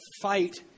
fight